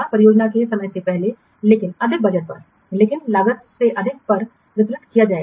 परियोजना को समय से पहले लेकिन अधिक बजट पर लेकिन लागत से अधिक पर वितरित किया जाएगा